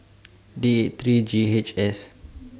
D eight three G H S